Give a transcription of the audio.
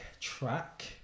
track